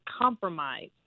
compromise